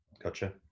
Gotcha